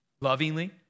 lovingly